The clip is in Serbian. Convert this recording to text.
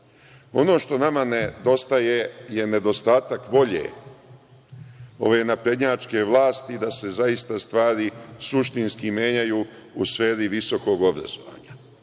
Ono što nama nedostaje je nedostatak volje ove naprednjačke vlasti da se zaista stvari suštinski menjaju u sferi visokog obrazovanja. Vi